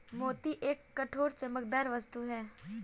मोती एक कठोर, चमकदार वस्तु है